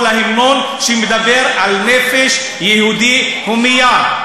להמנון שמדבר על "נפש יהודי הומייה"?